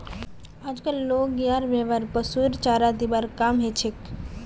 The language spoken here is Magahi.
आजक लोग यार व्यवहार पशुरेर चारा दिबार काम हछेक